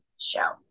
show